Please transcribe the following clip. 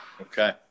okay